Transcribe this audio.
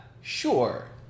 sure